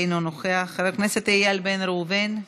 אינו נוכח, חבר הכנסת איל בן ראובן,